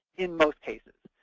in most cases.